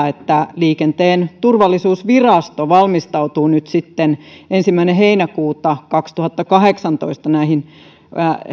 että liikenteen turvallisuusvirasto valmistautuu nyt sitten ensimmäinen heinäkuuta kaksituhattakahdeksantoista näihin